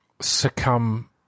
succumb